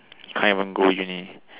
can't even go Uni